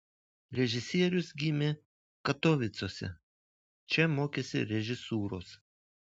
režisierius gimė katovicuose čia mokėsi režisūros